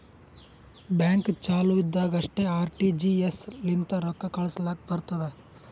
bank ಚಾಲು ಇದ್ದಾಗ್ ಅಷ್ಟೇ ಆರ್.ಟಿ.ಜಿ.ಎಸ್ ಲಿಂತ ರೊಕ್ಕಾ ಕಳುಸ್ಲಾಕ್ ಬರ್ತುದ್